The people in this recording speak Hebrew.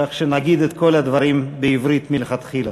כך שנגיד את כל הדברים בעברית מלכתחילה.